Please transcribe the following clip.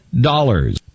dollars